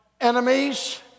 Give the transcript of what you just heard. enemies